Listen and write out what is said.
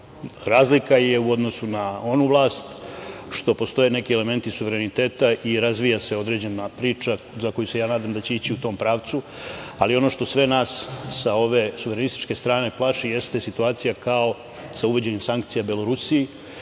razlika u odnosu na onu vlast što postoje neki elementi suvereniteta i razvija se određena priča za koju se ja nadam da će ići u tom pravcu. Ali, ono što sve nas sa ove suverenističke strane plaši, jeste situacija kao sa uvođenjem sankcija Belorusiji,